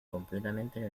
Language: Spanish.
completamente